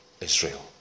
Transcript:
Israel